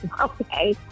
Okay